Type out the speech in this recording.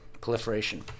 proliferation